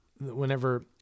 whenever